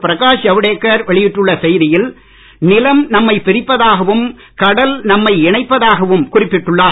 பிரகாஷ் ஜவடேகர் வெளியிட்டுள்ள செய்தியில் நிலம் நம்மை பிரிப்பதாகவும் கடல் நம்மை நினைப்பதாகவும் குறிப்பிட்டுள்ளார்